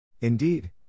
Indeed